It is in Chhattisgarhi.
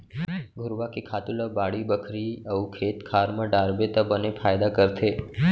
घुरूवा के खातू ल बाड़ी बखरी अउ खेत खार म डारबे त बने फायदा करथे